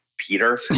Peter